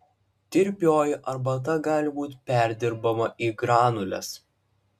tirpioji arbata gali būti perdirbama į granules